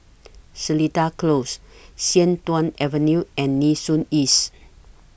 Seletar Close Sian Tuan Avenue and Nee Soon East